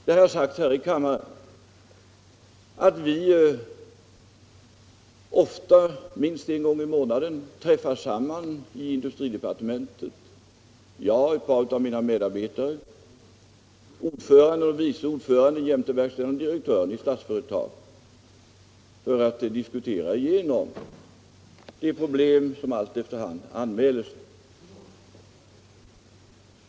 Det har sagts här i kammaren att vi ofta, minst en gång i månaden, träffar samman i industridepartementet — jag och ett par av mina medarbetare samt ordföranden och vice ordföranden jämte verkställande direktören i Statsföretag — för att diskutera igenom de problem som efter hand anmäler sig.